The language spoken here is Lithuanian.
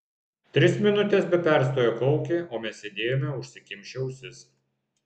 tris minutes be perstojo kaukė o mes sėdėjome užsikimšę ausis